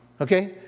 Okay